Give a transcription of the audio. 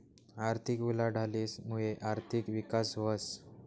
आर्थिक उलाढालीस मुये आर्थिक विकास व्हस